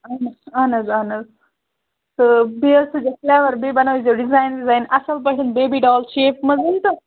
اہَن حظ اہَن حظ اہَن حظ تہٕ بیٚیہِ حظ تھٲوِزیٚو فِلیوَر تہٕ بیٚیہِ بنٲوِزیٚو ڈِزایِن وِزایِن اَصٕل پٲٹھۍ بیٚبی ڈال شیپ منٛز تہٕ